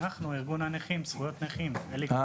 אנחנו מארגון הנכים זכויות נכים,